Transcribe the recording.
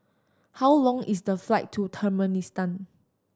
how long is the flight to Turkmenistan